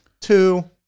Two